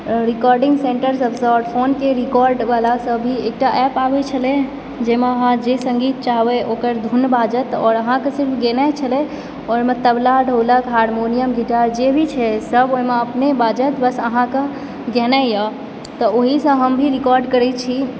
recording सेन्टरसभसँ फोनके रिकॉर्डवला से भी एकटा एप आबय छलय जाहिमऽ अहाँ जे सङ्गीत चाहबय ओकर धुन बाजत आओर अहाँके सिर्फ गेनाइ छलय ओहिमे तबला ढोलक हारमोनियम गिटार जे भी छै सभ ओहिमे अपने बाजत बस अहाँकऽ गेनाइए तऽ ओहिसँ हम भी रिकॉर्ड करैत छी